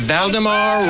Valdemar